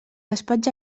despatx